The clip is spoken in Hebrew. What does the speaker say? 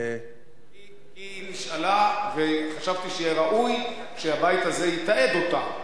היא נשאלה וחשבתי שיהיה ראוי שהבית הזה יתעד אותה,